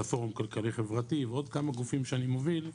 הפורום הכלכלי-חברתי ועוד כמה גופים שאני מוביל,